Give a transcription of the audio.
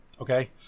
Okay